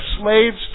slaves